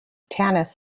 tanis